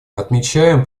отмечаем